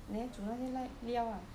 there 煮那个料啦